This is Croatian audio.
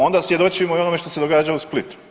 Onda svjedočimo i onome što se događa u Splitu.